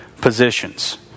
positions